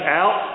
out